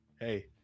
hey